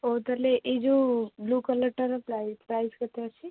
ଓ ତା'ହେଲେ ଏହି ଯେଉଁ ବ୍ଲୁ କଲର୍ଟାର ପ୍ରାଇସ୍ କେତେ ଅଛି